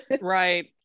Right